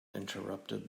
interrupted